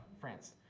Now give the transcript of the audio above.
France